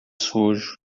sujo